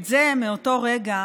את זה מאותו רגע